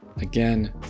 again